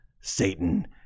Satan